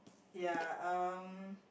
ya um